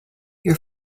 your